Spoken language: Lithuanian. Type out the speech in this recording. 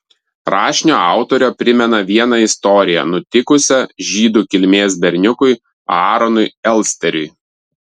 rašinio autorė primena vieną istoriją nutikusią žydų kilmės berniukui aaronui elsteriui